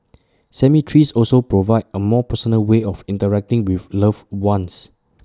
cemeteries also provide A more personal way of interacting with loved ones